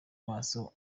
maso